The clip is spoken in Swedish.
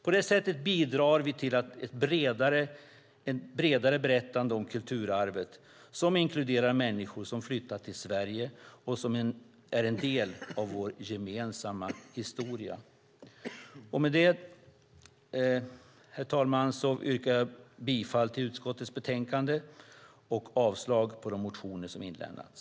På det sättet bidrar vi till ett bredare berättande om kulturarvet som inkluderar människor som flyttat till Sverige och som är en del av vår gemensamma historia. Med det, herr talman, yrkar jag bifall till utskottets förslag i betänkandet och avslag på de motioner som väckts.